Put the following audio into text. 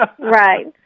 Right